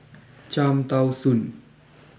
Cham Tao Soon